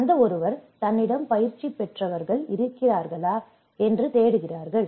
அந்த ஒருவர் தன்னிடம் பயிற்சி பெற்றவர்கள் இருக்கிறார்களா என்றும் தேடுகிறார்கள்